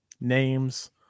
names